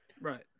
Right